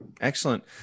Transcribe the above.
excellent